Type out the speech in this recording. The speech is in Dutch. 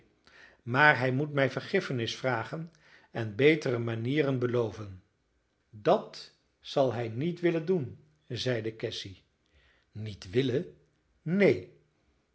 maar hij moet mij vergiffenis vragen en betere manieren beloven dat zal hij niet willen doen zeide cassy niet willen neen